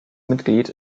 mitglied